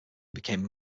became